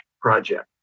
project